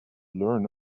learn